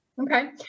Okay